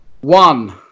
One